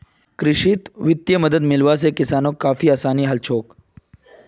कृषित वित्तीय मदद मिलवा से किसानोंक काफी अराम हलछोक